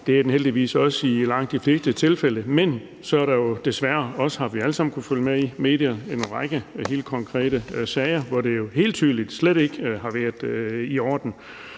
det er den heldigvis også i langt de fleste tilfælde. Men så er der jo desværre også – det har vi alle sammen kunnet følge med i i medierne – nogle helt konkrete sager, hvor den jo helt tydeligt slet ikke har været i orden.